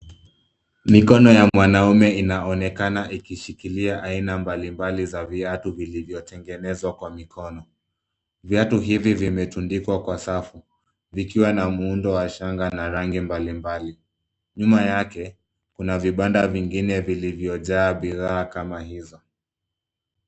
Mikono ya mwanaume inaonekana ikishikilia aina mbali mbali za viatu vilivyo tengenezwa kwa mkono, viatu hivi vimetundikwa kwa safu vikiwa na muundo shanga na rangi mbali mbali, nyuma yake kuna vibanda vingine vilivyo jaa bidhaa kama hizo.